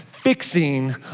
fixing